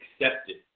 accepted